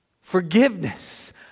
Forgiveness